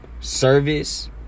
service